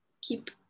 keep